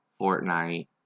Fortnite